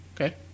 Okay